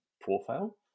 profile